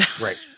Right